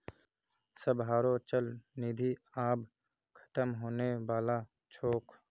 सबहारो चल निधि आब ख़तम होने बला छोक